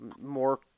more